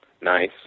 nice